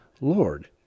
Lord